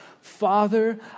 Father